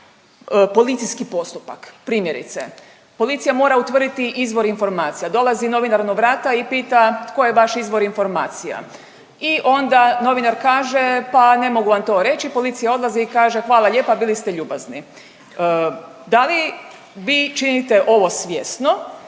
policijski postupak. Primjerice, policija mora utvrditi izvor informacija dolazi novinaru na vrata i pita tko je vaš izvor informacija i onda novinar kaže pa ne mogu vam to reći, policija odlazi i kaže hvala lijepa bili ste ljubazni. Da li vi činite ovo svjesno